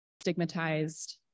stigmatized